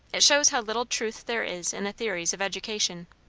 it shows how little truth there is in the theories of education.